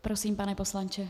Prosím, pane poslanče.